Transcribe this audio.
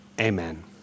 amen